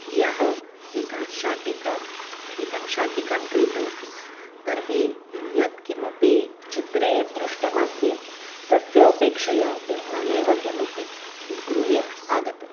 ह्यः एकां शाटिकाम् एकां शाटिकां क्रीतवती तर्हि यत्किमपि चित्रे दृष्टमासीत् तस्य अपेक्षया भिन्नमेव किमपि गृहे आगतम्